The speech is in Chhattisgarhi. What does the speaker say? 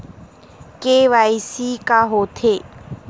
के.वाई.सी का होथे?